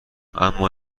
اما